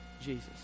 Jesus